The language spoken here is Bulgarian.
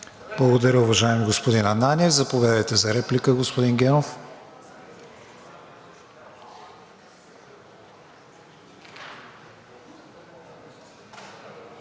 Благодаря, уважаеми господин Ананиев. Заповядайте за реплика, господин Генов.